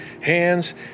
hands